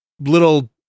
little